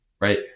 right